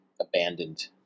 abandoned